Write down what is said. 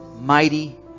Mighty